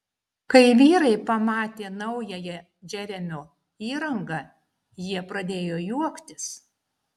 kai vyrai pamatė naująją džeremio įrangą jie pradėjo juoktis